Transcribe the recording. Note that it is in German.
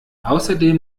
außerdem